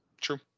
True